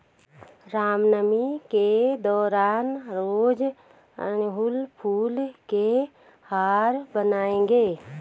रामनवमी के दौरान रोज अड़हुल फूल के हार बनाएंगे